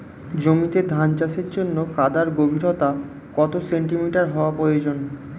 জমিতে ধান চাষের জন্য কাদার গভীরতা কত সেন্টিমিটার হওয়া প্রয়োজন?